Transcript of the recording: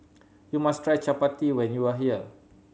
you must try Chapati when you are here